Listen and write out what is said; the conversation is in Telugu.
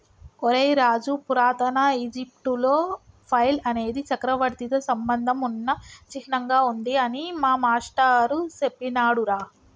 ఒరై రాజు పురాతన ఈజిప్టులో ఫైల్ అనేది చక్రవర్తితో సంబంధం ఉన్న చిహ్నంగా ఉంది అని మా మాష్టారు సెప్పినాడురా